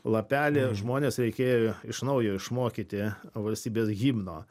lapelį žmones reikėjo iš naujo išmokyti valstybės himno